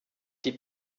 die